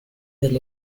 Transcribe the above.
del